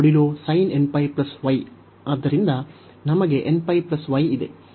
ಮತ್ತು ಈ ಸಂಪೂರ್ಣ ಮೌಲ್ಯ ಆದ್ದರಿಂದ ನಮಗೆ nπ y ಇದೆ